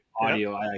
audio